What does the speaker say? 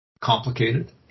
complicated